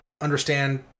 understand